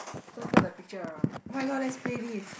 don't turn the picture around oh-my-god let's play this